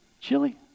Chili